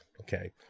okay